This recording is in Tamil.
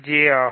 J இருக்கும்